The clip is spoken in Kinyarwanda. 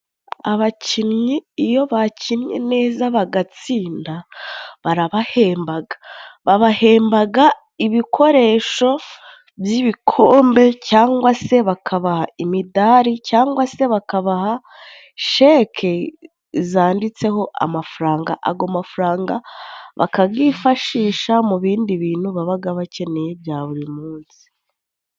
Abakinnyi iyo bakinnye neza bagatsinda barabahembaga, babahembaga ibikoresho by'ibikombe cyangwa se bakabaha imidari, cyangwa se bakabaha sheke zanditseho amafaranga, ago mafaranga bakagifashisha mu bindi bintu babaga bakeneye bya buri munsi.